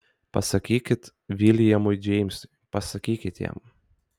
pasakykit viljamui džeimsui pasakykit jam